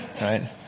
Right